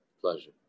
pleasure